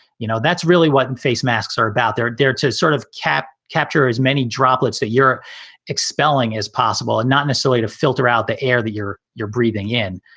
you know, that's really what face masks are about. they're there to sort of cap capture as many droplets that you're expelling as possible and not necessarily to filter out the air that you're you're breathing in.